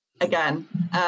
again